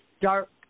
dark